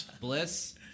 Bliss